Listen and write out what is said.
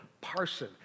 parson